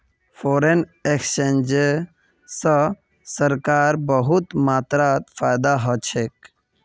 foreign exchange स सरकारक बहुत मात्रात फायदा ह छेक